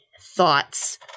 thoughts